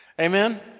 Amen